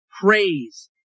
praise